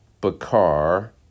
Bakar